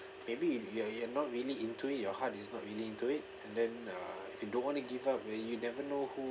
maybe you're you're not really into your heart is not really into it and then uh if you don't want to give up where you never know who